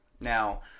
Now